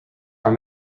are